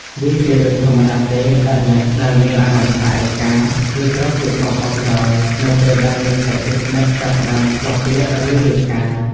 វាជារឿងធម្មតាទេដែលអ្នកដែលមានអារម្មណ៍ថា ឯកា ឬត្រូវគេបោះបង់ចោល នៅពេលដែលមិត្តភក្តិជិតស្និទ្ធចាប់ផ្តើមភ្ជាប់ពាក្យ ឬរៀបការ។